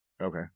Okay